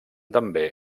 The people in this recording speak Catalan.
també